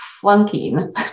flunking